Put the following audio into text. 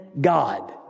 God